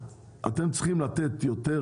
אתם צריכים לתת פחת יותר